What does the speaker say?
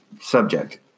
subject